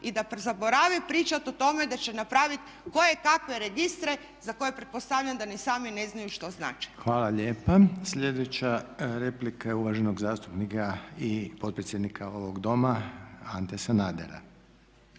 i da zaborave pričati o tome da će napraviti kojekakve registre za koje pretpostavljam da ni sami ne znaju što znače. **Reiner, Željko (HDZ)** Hvala lijepa. Sljedeća replika je uvaženog zastupnika i potpredsjednika ovog Doma Ante Sanadera.